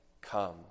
come